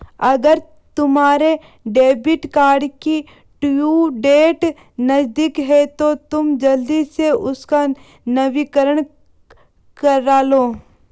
अगर तुम्हारे debit card की ड्यू डेट नज़दीक है तो तुम जल्दी से उसका नवीकरण करालो